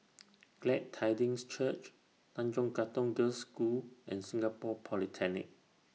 Glad Tidings Church Tanjong Katong Girls' School and Singapore Polytechnic